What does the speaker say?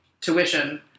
tuition